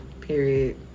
Period